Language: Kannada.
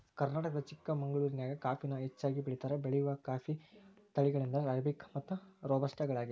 ಕರ್ನಾಟಕದ ಚಿಕ್ಕಮಗಳೂರಿನ್ಯಾಗ ಕಾಫಿನ ಹೆಚ್ಚಾಗಿ ಬೆಳೇತಾರ, ಬೆಳೆಯುವ ಕಾಫಿಯ ತಳಿಗಳೆಂದರೆ ಅರೇಬಿಕ್ ಮತ್ತು ರೋಬಸ್ಟ ಗಳಗ್ಯಾವ